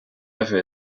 other